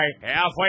Halfway